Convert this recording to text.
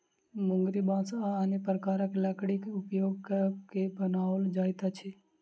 मुंगरी बाँस आ अन्य प्रकारक लकड़ीक उपयोग क के बनाओल जाइत अछि